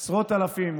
עשרות אלפים,